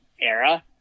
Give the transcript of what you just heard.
era